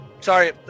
Sorry